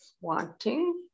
wanting